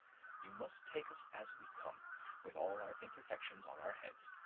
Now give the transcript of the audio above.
you must take us as we come with all our imperfections on our heads.